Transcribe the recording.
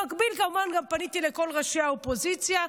במקביל כמובן פניתי לכל ראשי האופוזיציה,